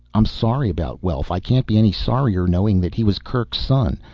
i'm sorry about welf. i can't be any sorrier knowing that he was kerk's son.